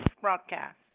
broadcast